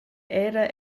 era